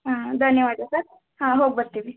ಹಾಂ ಧನ್ಯವಾದ ಸರ್ ಹಾಂ ಹೋಗಿ ಬರ್ತೀವಿ